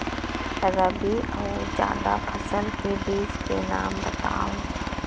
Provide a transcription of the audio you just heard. रबि अऊ जादा फसल के बीज के नाम बताव?